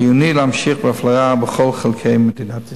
חיוני להמשיך בהפלרה בכל חלקי מדינת ישראל.